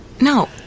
No